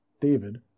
David